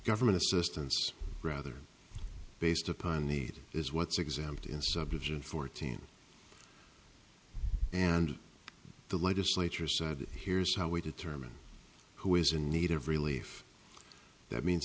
government assistance rather based upon need is what's exempt in subdivision fourteen and the legislature said here's how we determine who is in need of relief that means